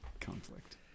Conflict